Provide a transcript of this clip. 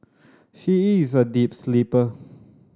she is a deep sleeper